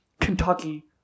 Kentucky